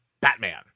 Batman